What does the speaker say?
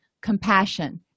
Compassion